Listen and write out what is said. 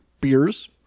beers